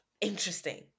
interesting